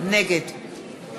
נגד